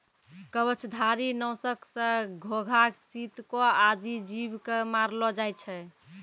कवचधारी? नासक सँ घोघा, सितको आदि जीव क मारलो जाय छै